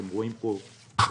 אתם רואים פה את